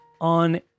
on